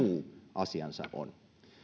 asiansa on